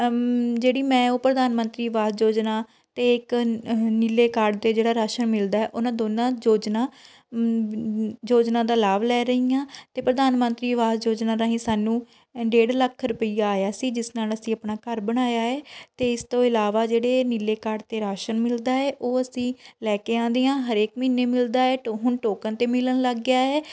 ਜਿਹੜੀ ਮੈਂ ਉਹ ਪ੍ਰਧਾਨ ਮੰਤਰੀ ਅਵਾਸ ਯੋਜਨਾ ਅਤੇ ਇੱਕ ਨੀਲੇ ਕਾਰਡ 'ਤੇ ਜਿਹੜਾ ਰਾਸ਼ਨ ਮਿਲਦਾ ਉਹਨਾਂ ਦੋਨਾਂ ਯੋਜਨਾ ਯੋਜਨਾ ਦਾ ਲਾਭ ਲੈ ਰਹੀ ਹਾਂ ਅਤੇ ਪ੍ਰਧਾਨ ਮੰਤਰੀ ਆਵਾਸ ਯੋਜਨਾ ਰਾਹੀਂ ਸਾਨੂੰ ਡੇਢ ਲੱਖ ਰੁਪਈਆ ਆਇਆ ਸੀ ਜਿਸ ਨਾਲ ਅਸੀਂ ਆਪਣਾ ਘਰ ਬਣਾਇਆ ਹੈ ਅਤੇ ਇਸ ਤੋਂ ਇਲਾਵਾ ਜਿਹੜੇ ਨੀਲੇ ਕਾਰਡ ਹੈ ਰਾਸ਼ਨ ਮਿਲਦਾ ਹੈ ਉਹ ਅਸੀਂ ਲੈ ਕੇ ਆਉਂਦੇ ਹਾਂ ਹਰੇਕ ਮਹੀਨੇ ਮਿਲਦਾ ਹੈ ਟੋ ਹੁਣ ਟੋਕਨ 'ਤੇ ਮਿਲਣ ਲੱਗ ਗਿਆ ਹੈ